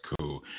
cool